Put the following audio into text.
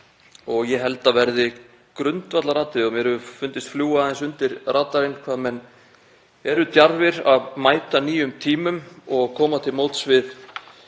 og ég held að verði grundvallaratriði. Mér hefur fundist fljúga aðeins undir radarinn hvað menn eru djarfir að mæta nýjum tímum og koma til móts við